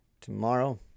tomorrow